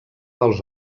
dels